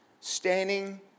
standing